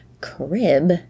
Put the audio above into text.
crib